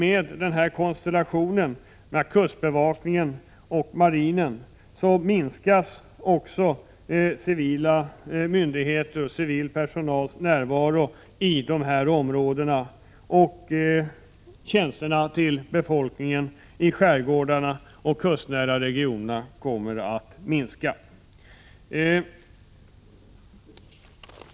Med den föreslagna konstellationen av kustbevakningen och marinen minskar civila myndigheters och civil personals närvaro i skärgården, och tjänsterna till befolkningen i skärgårdarna och de kustnära regionerna kommer att minska.